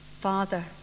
Father